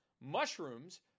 mushrooms